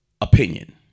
opinion